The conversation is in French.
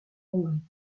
hongrie